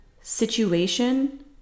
situation